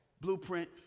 Blueprint